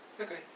Okay